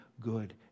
good